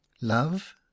Love